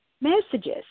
messages